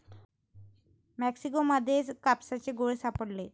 Mexico मध्ये कापसाचे गोळे सापडले